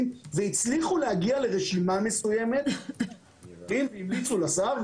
והצליחו להגיע לרשימה מסוימת והמליצו לשר.